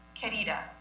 Querida